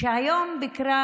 שהיום ביקרה